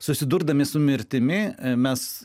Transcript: susidurdami su mirtimi mes